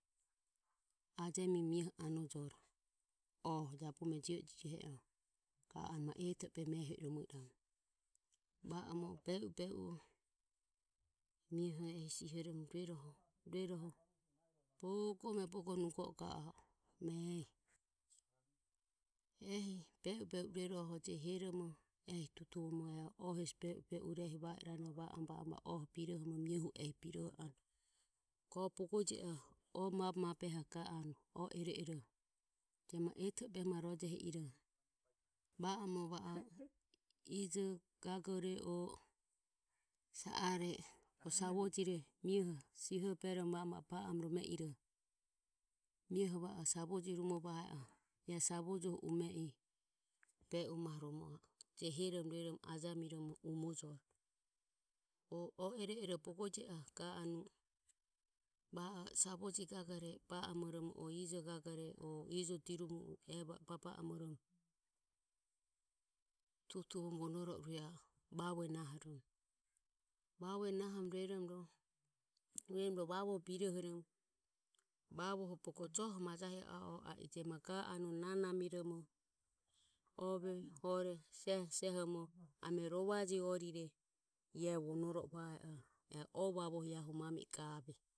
Ajemimo mioho anojoro o jabume je e jijihe oho ma eto behe mae va oromo be u mahe i mioho sihoromo bogo mae bogo nugoromo ehi be u maho be ehi tutuvoromo va iranoho va oromo va oromo mioho ehi biroho anue bogo je oho oe mabehe mabehe je iroho va oromo je ore o savojire mie ho baba amoromo mioho va o savojire iae savojoho ume i uvoromo a e je heromo ro ajemijoro. O oero va o savojire o ijo gagore va o babamoromo tutuvoromo vonoro o rue a e vavue nahoromo, rueromo ro birohoromo bogo joho majahi i a i maga anue nanamiromo ove hore seho seho voromo rovaje orire vonoro va e oho hu mami e gave.